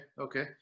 okay